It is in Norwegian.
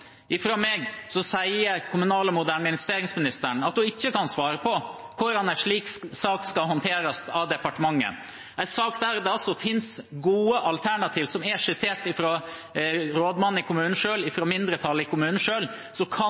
meg sier kommunal- og moderniseringsministeren at hun ikke kan svare på hvordan en slik sak skal håndteres av departementet. I en sak der det er skissert gode alternativer fra rådmannen og mindretallet i kommunen,